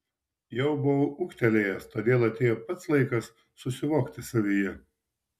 jau buvau ūgtelėjęs todėl atėjo pats laikas susivokti savyje